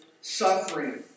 suffering